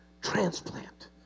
transplant